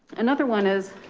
another one is